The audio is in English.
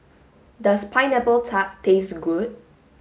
does pineapple tart taste good